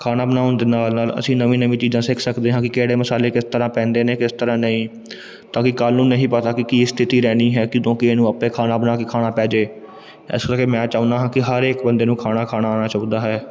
ਖਾਣਾ ਬਣਾਉਣ ਦੇ ਨਾਲ ਨਾਲ ਅਸੀਂ ਨਵੀਂ ਨਵੀਂ ਚੀਜ਼ਾਂ ਸਿੱਖ ਸਕਦੇ ਹਾਂ ਕਿ ਕਿਹੜੇ ਮਸਾਲੇ ਕਿਸ ਤਰ੍ਹਾਂ ਪੈਂਦੇ ਨੇ ਕਿਸ ਤਰ੍ਹਾਂ ਨਹੀਂ ਤਾਂ ਕਿ ਕੱਲ ਨੂੰ ਨਹੀਂ ਪਤਾ ਕਿ ਕੀ ਸਥਿਤੀ ਰਹਿਣੀ ਹੈ ਕਦੋਂ ਕਿਹਨੂੰ ਆਪੇ ਖਾਣਾ ਬਣਾ ਕੇ ਖਾਣਾ ਪੈ ਜੇ ਇਸ ਕਰਕੇ ਮੈਂ ਚਾਹੁੰਦਾ ਹਾਂ ਕਿ ਹਰ ਇੱਕ ਬੰਦੇ ਨੂੰ ਖਾਣਾ ਖਾਣਾ ਆਉਣਾ ਚਾਹੀਦਾ ਹੈ